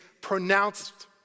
pronounced